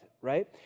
right